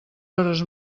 hores